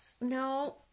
No